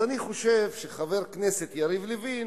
אז אני חושב שחבר הכנסת יריב לוין